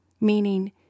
meaning